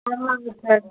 ஆமாம்ங்க சார்